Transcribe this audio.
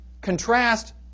contrast